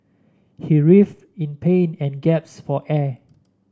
he writhed in pain and gasped for air